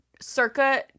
circa